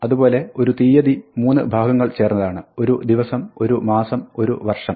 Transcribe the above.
അതുപോലെ ഒരു തിയ്യതി മൂന്ന് ഭാഗങ്ങൾ ചേർന്നതാണ് ഒരു ദിവസം ഒരു മാസം ഒരു വർഷം